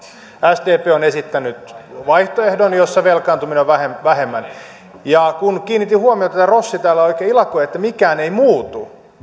sdp on esittänyt vaihtoehdon jossa velkaantumista on vähemmän vähemmän kun kiinnitin huomiota että rossi täällä oikein ilakoi että mikään ei muutu